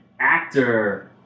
actor